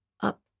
up